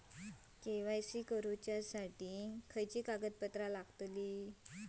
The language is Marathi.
के.वाय.सी करूच्यासाठी काय कागदपत्रा लागतत?